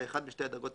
משתי הדרגות